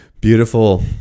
Beautiful